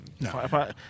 No